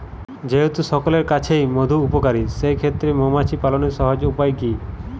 যেহেতু সকলের কাছেই মধু উপকারী সেই ক্ষেত্রে মৌমাছি পালনের সহজ উপায় কি?